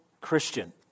Christian